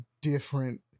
different